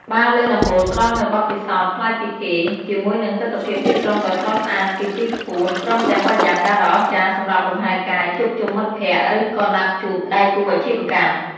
បារលើដំបូលផ្ដល់នូវបទពិសោធន៍ប្លែកពីគេ ជាមួយនឹងទិដ្ឋភាពទីក្រុងដ៏ស្រស់ស្អាតពីទីខ្ពស់ ព្រមទាំងបរិយាកាសដ៏អស្ចារ្យសម្រាប់លំហែកាយ ជួបជុំមិត្តភក្តិ ឬក៏ណាត់ជួបដៃគូអាជីវកម្ម។